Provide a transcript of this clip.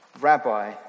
Rabbi